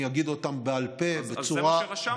אני אגיד אותם בעל פה, זה מה שרשמתי.